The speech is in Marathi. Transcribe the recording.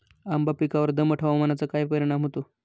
आंबा पिकावर दमट हवामानाचा काय परिणाम होतो?